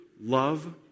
love